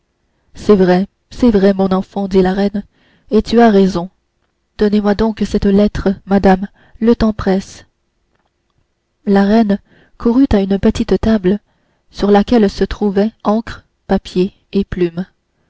c'est vrai c'est vrai mon enfant dit la reine et tu as raison donnez-moi donc cette lettre madame le temps presse la reine courut à une petite table sur laquelle se trouvaient encre papier et plumes